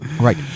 Right